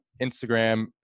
Instagram